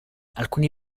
alcuni